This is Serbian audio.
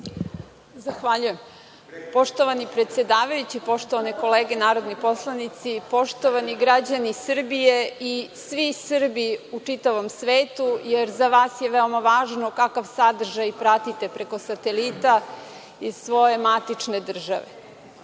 Janjušević** Poštovani predsedavajući, poštovane kolege narodni poslanici, poštovani građani Srbije i svi Srbi u čitavom svetu jer za vas je veoma važno kakav sadržaj pratite preko satelita iz svoje matične države,